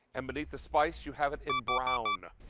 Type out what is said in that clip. and beneath the spice you have it in brown.